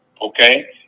okay